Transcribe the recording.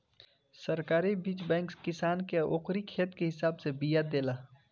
सरकारी बीज बैंक किसान के ओकरी खेत के हिसाब से बिया देला